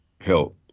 help